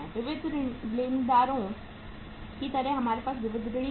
विविध लेनदारों की तरह हमारे पास विविध ऋणी हैं